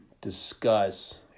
discuss